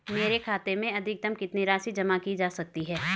मेरे खाते में अधिकतम कितनी राशि जमा की जा सकती है?